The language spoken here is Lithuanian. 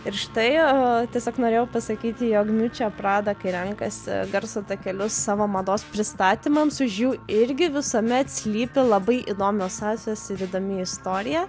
ir štai o tiesiog norėjau pasakyti jog čia prada kai renkasi garso takelius savo mados pristatymams už jų irgi visuomet slypi labai įdomios sąsajos ir įdomi istorija